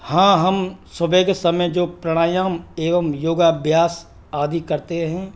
हाँ हम सुबह के समय जो प्राणायाम एवं योगा अभ्यास आदि करते हैं